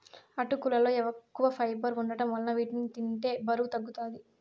అటుకులలో ఎక్కువ ఫైబర్ వుండటం వలన వీటిని తింటే బరువు తగ్గుతారు